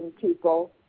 people